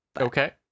okay